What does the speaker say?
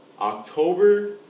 October